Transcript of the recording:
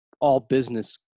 all-business